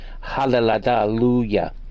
hallelujah